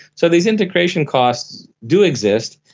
so these integration costs do exist.